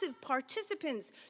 participants